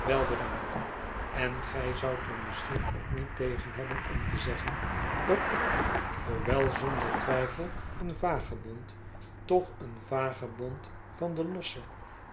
wel bedankt en gij zoudt er misschien ook niet tegen hébben om te zeggen dat ik hoewel zonder twijfel een vagebond toch een vagebond van de losse